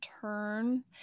turn